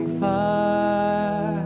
fire